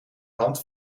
hand